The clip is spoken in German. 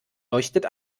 leuchtet